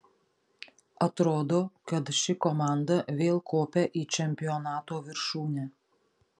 atrodo kad ši komanda vėl kopia į čempionato viršūnę